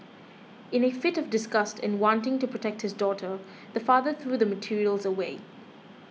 in a fit of disgust and wanting to protect his daughter the father threw the materials away